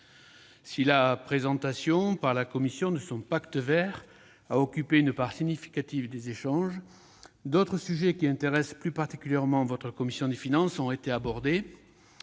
Si la présentation par la Commission de son Pacte vert a occupé une part significative des échanges, d'autres sujets qui intéressent plus particulièrement la commission des finances ont été abordés.